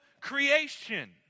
creation